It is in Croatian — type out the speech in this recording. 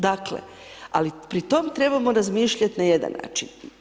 Dakle, ali pri tom trebamo razmišljati na jedan način.